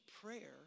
prayer